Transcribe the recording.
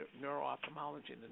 neuro-ophthalmology